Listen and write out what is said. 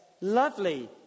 lovely